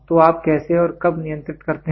तो आप कैसे और कब नियंत्रित करते हैं